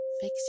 Fix